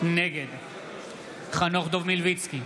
נגד חנוך דב מלביצקי,